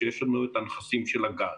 כשיש לנו את הנכסים של הגז.